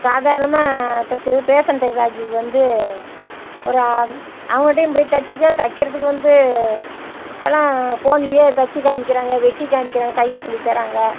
சாதாரணமாக தைச்சது பேசன் டெக்னாலஜிக்கு வந்து ஒரு அவங்கிட்டேயும் போய் தைச்சிக்க தைக்கிறதுக்கு வந்து இப்போல்லாம் ஃபோன்லேயே தைச்சி காம்மிக்கிறாங்க வெட்டி காம்மிக்கிறாங்க தையல் சொல்லித் தர்றாங்க